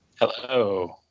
Hello